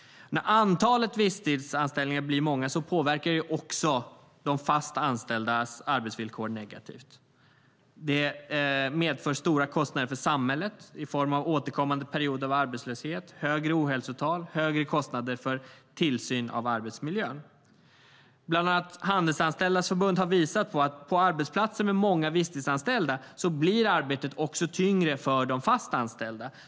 När antalet visstidsanställningar blir många påverkas också de fast anställdas arbetsvillkor negativt. Det medför stora kostnader för samhället i form av återkommande perioder av arbetslöshet, högre ohälsotal och högre kostnader för tillsyn av arbetsmiljön. Bland annat Handelsanställdas förbund har visat på att på arbetsplatser med många visstidsanställda blir arbetet också tyngre för de fast anställda.